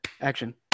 action